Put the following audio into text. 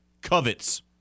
covets